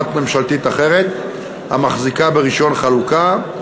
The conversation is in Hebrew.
ממשלתית אחרת המחזיקה ברישיון חלוקה,